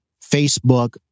Facebook